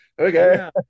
Okay